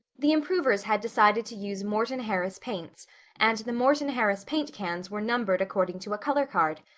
the improvers had decided to use morton-harris paints and the morton-harris paint cans were numbered according to a color card.